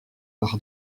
par